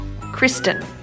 Kristen